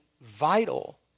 vital